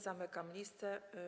Zamykam listę.